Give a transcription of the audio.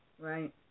Right